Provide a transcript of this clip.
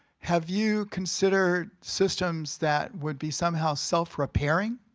have you considered systems that would be somehow self-repairing?